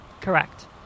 correct